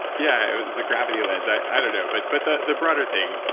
yeah. it was a gravity lens. i don't know, but but the the broader thing,